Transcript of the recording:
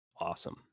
Awesome